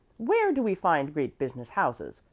where do we find great business houses?